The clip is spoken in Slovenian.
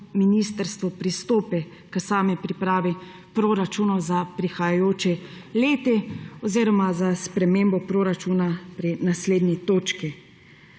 ministrstvo pristopi k sami pripravi proračunov za prihajajoči leti oziroma za spremembo proračuna pri naslednji točki.